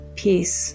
peace